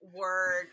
word